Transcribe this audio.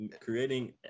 creating